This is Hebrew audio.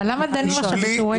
אבל למה דנים עכשיו בשיעורי היסטוריה?